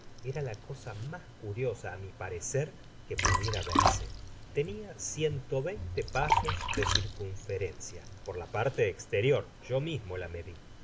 era la cosa mas curiosa á mi parecer que pudiera verse tenia ciento veinte pasos de circunferencia por la parte estertor yo